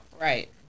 right